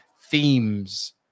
themes